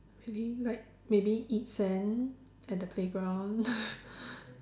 maybe like maybe eat sand at the playground